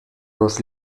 los